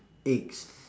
eggs